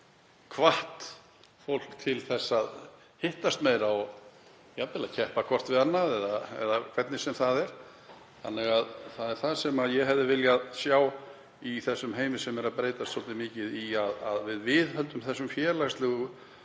hvatt fólk til að hittast meira og jafnvel keppa hvert við annað, eða hvernig sem það er. Það sem ég hefði viljað sjá í þessum heimi, sem er að breytast svolítið mikið, er að við viðhöldum þessum félagslegu